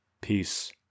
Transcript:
Peace